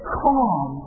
calm